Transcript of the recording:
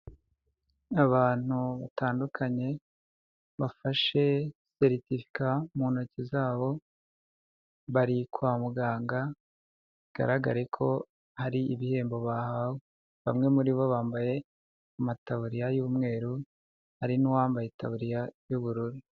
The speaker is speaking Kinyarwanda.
Abantu batandukanye bafashe seritifika mu ntoki zabo bari kwa muganga bigaragare ko hari ibihembo bahawe, bamwe muri bo bambaye amataburiya y'umweru hari n'uwambaye itaburiya y'ubururu.